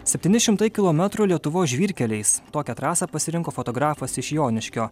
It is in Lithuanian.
septyni šimtai kilometrų lietuvos žvyrkeliais tokią trasą pasirinko fotografas iš joniškio